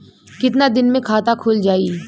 कितना दिन मे खाता खुल जाई?